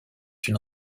une